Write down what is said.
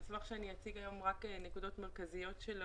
המסמך שאני אציג היום הוא רק נקודות מרכזיות שלו.